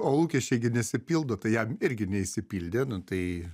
o lūkesčiai nesipildo tai jam irgi neišsipildė nu tai